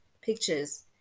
pictures